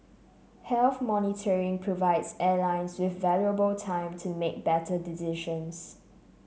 health monitoring provides airlines with valuable time to make better decisions